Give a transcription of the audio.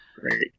Great